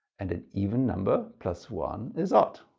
and an even number plus one is odd.